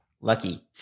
lucky